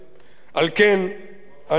על כן אני דווקא